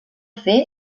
fer